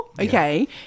okay